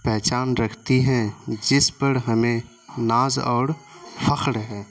پہچان رکھتی ہیں جس پر ہمیں ناز اور فخر ہے